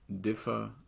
differ